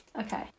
Okay